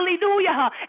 hallelujah